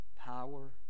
power